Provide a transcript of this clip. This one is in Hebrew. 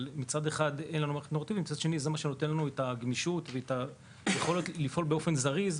אבל מצד שני זה מה שנותן לנו את הגמישות ואת היכולת לפעול באופן זריז.